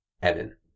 Evan